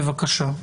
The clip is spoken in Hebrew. בבקשה,